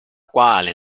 quale